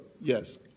yes